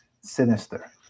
sinister